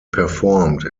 performed